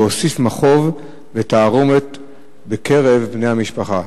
והדבר הוסיף מכאוב ותרעומת בקרב בני המשפחה.